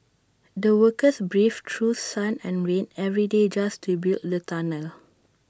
the workers braved through sun and rain every day just to build the tunnel